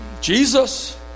Jesus